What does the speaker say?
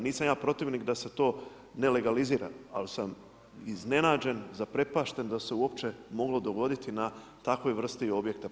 Nisam ja protivnik da se to ne legalizira, ali sam iznenađen, zaprepašten da se uopće moglo dogoditi na takvoj vrsti objekta.